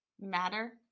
matter